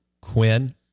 Quinn